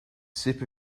sip